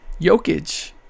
Jokic